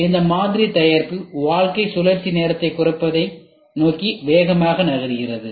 எனவே இந்த மாதிரி தயாரிப்பு வாழ்க்கை சுழற்சி நேரத்தைக் குறைப்பதை நோக்கி வேகமாக நகர்கிறது